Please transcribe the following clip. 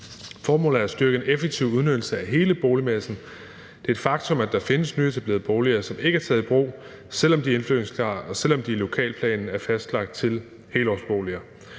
Formålet er at styrke en effektiv udnyttelse af hele boligmassen. Det er et faktum, at der findes nyetablerede boliger, som ikke er taget i brug, selv om de er indflytningsklare, og selv om de i en lokalplan er fastlagt til helårsboliger.